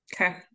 okay